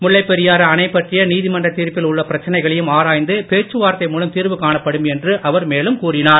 முல்லைப் பெரியாறு அணை பற்றிய நீதிமன்றத் தீர்ப்பில் உள்ள பிரச்சனைகளையும் ஆராய்ந்து பேச்சுவார்த்தை மூலம் தீர்வு காணப்படும் என்று அவர் மேலும் கூறினார்